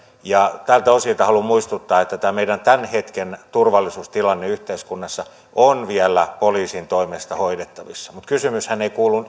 tältä osin haluan muistuttaa että tämä meidän tämän hetken turvallisuustilanteemme yhteiskunnassa on vielä poliisin toimesta hoidettavissa mutta kysymyshän ei kuulu